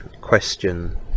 question